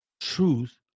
truth